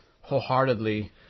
wholeheartedly